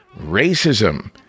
racism